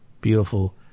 beautiful